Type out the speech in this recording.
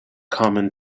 common